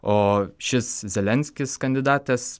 o šis zelenskis kandidatas